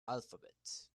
alphabet